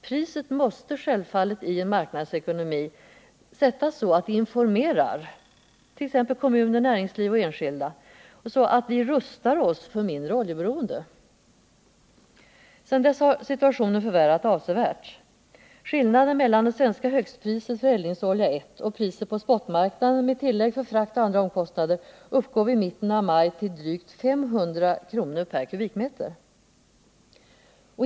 Priset i en marknadsekonomi måste självfallet sättas så, att det informerar t.ex. kommuner, näringsliv och enskilda så att vi rustar oss för ett mindre oljeberoende. Sedan dess har situationen avsevärt förvärrats. Skillnaden mellan det svenska högstpriset för eldningsolja 1 och priset på spotmarknaden, med tillägg för frakt och andra omkostnader, uppgår vid mitten av maj till drygt 500 kr./m3!